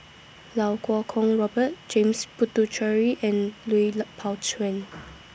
Lau Kuo Kwong Robert James Puthucheary and Lui Pao Chuen